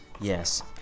Yes